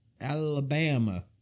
Alabama